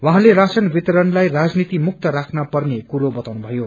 उहाँले राशन वितरणलाई राजनीति मुक्त राख्न पन्ने कुरो बताउनुभ्यो